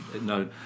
No